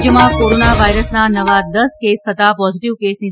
રાજયમાં કોરોના વાયરસના નવા દસ કેસ થતાં પોઝીટીવ કેસની